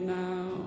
now